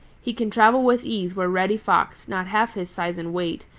he can travel with ease where reddy fox, not half his size and weight,